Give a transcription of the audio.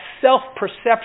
self-perception